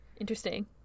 Interesting